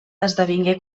esdevingué